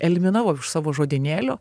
eliminavau iš savo žodynėlio